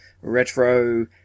retro